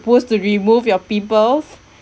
suppose to remove your pimples